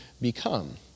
become